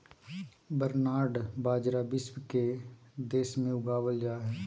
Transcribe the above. barnyard बाजरा विश्व के के देश में उगावल जा हइ